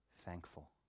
Thankful